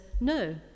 no